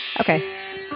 okay